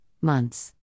months